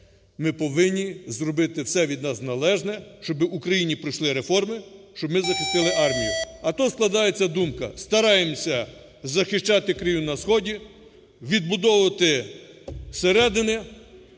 ми повинні зробити все від нас належне, щоб в Україні пройшли реформи, щоб ми захистили армію. А то складається думка, стараємося захищати країну на сході, відбудовувати зсередини,